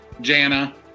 Jana